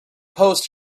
post